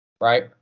right